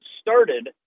started